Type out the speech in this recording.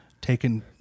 taken